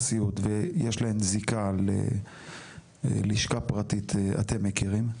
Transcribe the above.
סיעוד ויש להן זיקה ללשכה פרטית אתם מכירים?